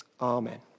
Amen